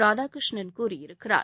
ராதாகிருஷ்ணன் கூறியிருக்கிறார்